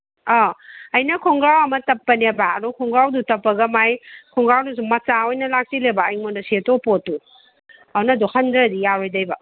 ꯑꯥ ꯑꯩꯅ ꯈꯣꯡꯒ꯭ꯔꯥꯎ ꯑꯃ ꯇꯞꯄꯅꯦꯕ ꯑꯗꯣ ꯈꯣꯡꯒ꯭ꯔꯥꯎꯗꯨ ꯇꯞꯄꯒ ꯃꯥꯏ ꯈꯣꯡꯒ꯭ꯔꯥꯎꯗꯁꯨ ꯃꯆꯥ ꯑꯣꯏꯅ ꯂꯥꯛꯁꯤꯜꯂꯦꯕ ꯑꯩꯉꯣꯟꯗ ꯁꯦꯠꯇꯣ ꯄꯣꯠꯇꯣ ꯑꯗꯨꯅ ꯑꯗꯨ ꯍꯟꯗ꯭ꯔꯥꯗ ꯌꯥꯔꯣꯏꯗꯣꯏꯕ